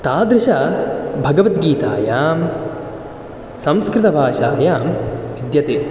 तादृशभगवद्गीतायां संस्कृतभाषायां विद्यते